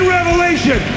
Revelation